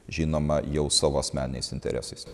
žinoma jau savo asmeniniais interesais